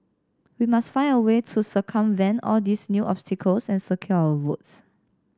we must find a way to circumvent all these new obstacles and secure our votes